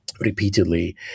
repeatedly